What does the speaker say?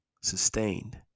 sustained